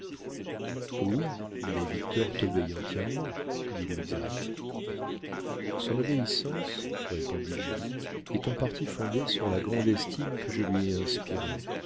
horreur oui mais victor t'obéit entièrement dit louisa son obéissance répondit julie est en partie fondée sur la grande estime que je lui ai inspirée